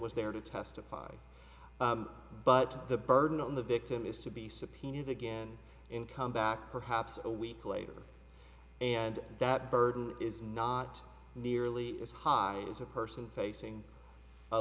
was there to testify but the burden on the victim is to be subpoenaed again and come back perhaps a week later and that burden is not nearly as high as a person facing a